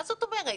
מה זאת אומרת?